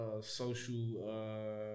social